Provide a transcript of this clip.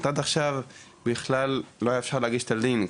זאת אומרת עד עכשיו בכלל לא היה אפשר להגיש את הלינק.